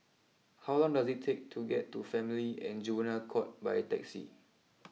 how long does it take to get to Family and Juvenile court by taxi